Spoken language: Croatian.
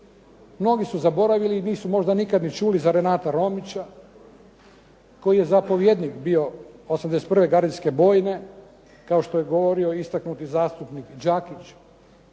Mnogi su zaboravili i nisu možda nikad ni čuli za Renata Romića, koji je zapovjednik bio 81. gardijske bojne, kao što je govorio istaknuti zastupnik Đakić.